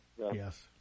Yes